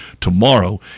tomorrow